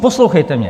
Poslouchejte mě.